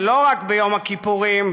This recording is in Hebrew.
ולא רק ביום הכיפורים,